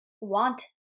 want